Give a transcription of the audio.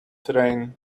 train